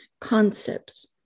concepts